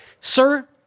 sir